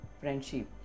friendship